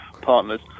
partners